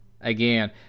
Again